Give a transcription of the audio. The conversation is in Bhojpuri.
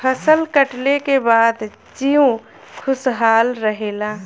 फसल कटले के बाद जीउ खुशहाल रहेला